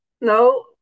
No